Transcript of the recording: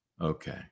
okay